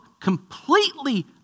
completely